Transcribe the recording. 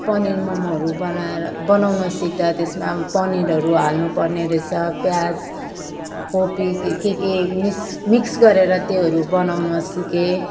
पनिर मोमोहरू बनाएर बनाउन सिक्दा त्यसमा अब पनिरहरू हाल्नुपर्ने रहेछ प्याज कोपी के के के मिस मिक्स गरेर त्योहरू बनाउन सिकेँ